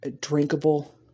drinkable